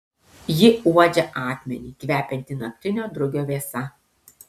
ji uodžia akmenį kvepiantį naktinio drugio vėsa